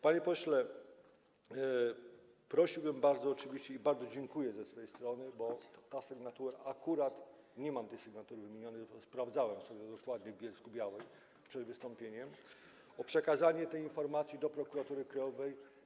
Panie pośle, prosiłbym bardzo - oczywiście bardzo dziękuję ze swojej strony, choć akurat nie mam tej sygnatury wymienionej, sprawdzałem dokładnie w Bielsku-Białej przed wystąpieniem - o przekazanie tej informacji do Prokuratury Krajowej.